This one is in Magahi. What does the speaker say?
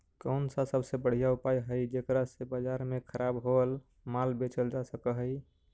कौन सा सबसे बढ़िया उपाय हई जेकरा से बाजार में खराब होअल माल बेचल जा सक हई?